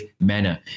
manner